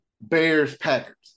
Bears-Packers